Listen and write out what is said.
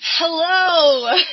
Hello